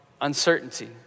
Uncertainty